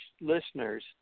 listeners